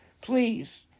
please